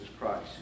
Christ